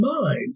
mind